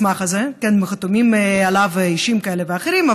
חתומים עליו אישים כאלה ואחרים,